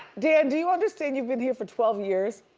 dan, do you understand you've been here for twelve years.